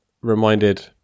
reminded